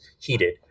heated